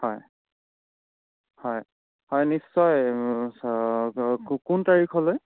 হয় হয় হয় নিশ্চয় কোন তাৰিখলৈ